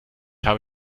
habe